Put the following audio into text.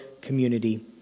community